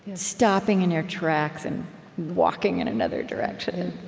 stopping in your tracks and walking in another direction.